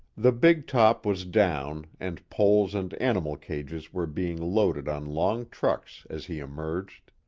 the big top was down, and poles and animal cages were being loaded on long trucks as he emerged.